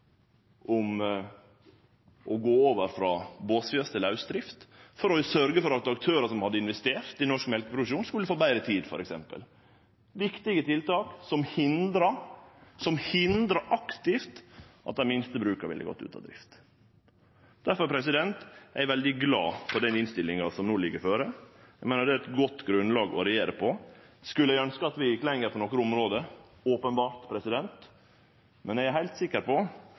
om å gå over frå båsfjøs til lausdrift for å sørgje for at aktørar som hadde investert i norsk mjølkeproduksjon, skulle få betre tid, f.eks. – viktige tiltak som hindra aktivt at dei minste bruka ville gått ut av drift. Difor er eg veldig glad for den innstillinga som no ligg føre. Eg meiner det er eit godt grunnlag å regjere på. Eg skulle ønskt at vi gjekk lenger på nokre område, openbert, men eg er heilt sikker på